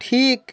ঠিক